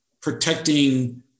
protecting